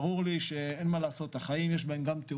ברור לי שאין מה לעשות ובחיים יש גם תאונות,